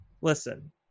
listen